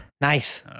Nice